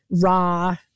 raw